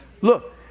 Look